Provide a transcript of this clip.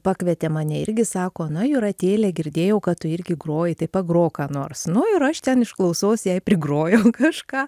pakvietė mane irgi sako na jūratėle girdėjau kad tu irgi groji tai pagrok ką nors nu ir aš ten iš klausos jai prigrojau kažką